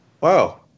wow